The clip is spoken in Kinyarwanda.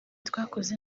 twakoze